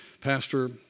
pastor